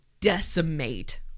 decimate